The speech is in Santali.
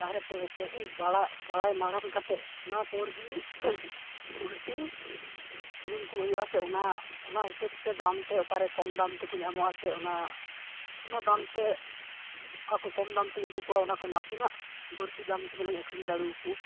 ᱞᱟᱦᱟᱨᱮ ᱯᱟᱹᱦᱤᱞ ᱵᱟᱲᱟᱭ ᱢᱟᱲᱟᱝ ᱠᱟᱛᱮᱫ ᱚᱱᱟ ᱯᱚᱨᱜᱮ ᱯᱩᱞᱴᱤ ᱠᱤᱨᱤᱧᱠᱚ ᱦᱩᱭᱩᱜᱼᱟ ᱥᱮ ᱚᱱᱟ ᱚᱱᱟ ᱦᱤᱥᱟᱹᱵᱽᱛᱮ ᱫᱟᱢᱛᱮ ᱚᱠᱟᱨᱮ ᱠᱚᱢ ᱫᱟᱢᱛᱮ ᱠᱚ ᱧᱟᱢᱚᱜᱼᱟ ᱥᱮ ᱚᱱᱟ ᱩᱱᱟᱹᱜ ᱫᱟᱢᱛᱮ ᱚᱠᱟᱠᱷᱚᱡ ᱠᱚᱢ ᱫᱟᱢᱛᱮᱧ ᱟᱹᱜᱩ ᱠᱚᱣᱟ ᱚᱱᱟ ᱠᱷᱚᱡ ᱱᱟᱥᱮᱱᱟᱜ ᱵᱟᱹᱲᱛᱤ ᱰᱟᱢᱛᱮ ᱡᱮᱱᱚᱧ ᱟᱹᱠᱷᱨᱤᱧ ᱫᱟᱲᱮᱣᱟᱠᱚ